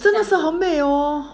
真的是很美哦